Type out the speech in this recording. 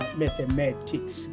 mathematics